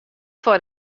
foar